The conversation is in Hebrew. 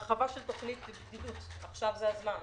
הרחבה של תוכנית ידידות עכשיו זה הזמן,